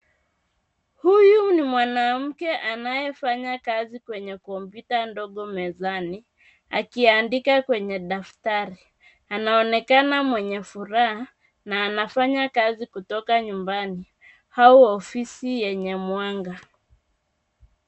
Huyu ni mwanamke anayefanya kazi kwenye kompyuta ndogo mezani, akiandika kwenye daftari. Anaonekana mwenye furaha na anafanya kazi kutoka nyumbani au ofisi yenye mwanga.